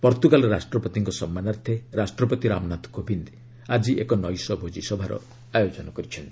Portugal ରାଷ୍ଟ୍ରପତିଙ୍କ ସମ୍ମାନାର୍ଥେ ରାଷ୍ଟ୍ରପତି ରାମନାଥ କୋବିନ୍ଦ ଆଜି ଏକ ନୈସ୍ ଭୋଜିସଭାର ଆୟୋଜନ କରିଛନ୍ତି